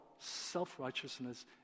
self-righteousness